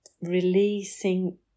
releasing